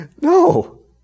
no